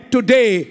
Today